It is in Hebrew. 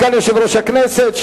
סגן יושב-ראש הכנסת,